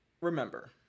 remember